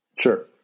Sure